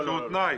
שהוא תנאי.